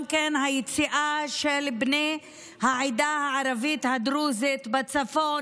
היציאה של בני העדה הערבית הדרוזית בצפון